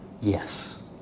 Yes